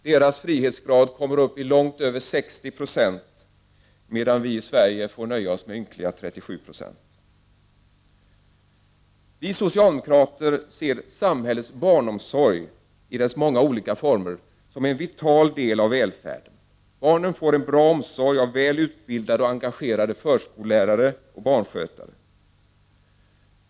Dessa länders frihetsgrad kommer ju upp i långt över 60 Zo, medan vi i Sverige får nöja oss med ynkliga 37 R. Vi socialdemokrater ser samhällets barnomsorg i dess många olika former som en vital del av välfärden. Barnen får en bra omsorg av väl utbildade och engagerade förskollärare och barnskötare.